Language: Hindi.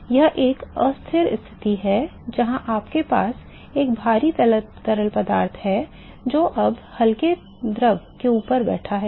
तो यह एक अस्थिर स्थिति है जहाँ आपके पास एक भारी तरल पदार्थ है जो अब हल्के द्रव के ऊपर बैठा है